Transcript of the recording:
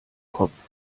kopf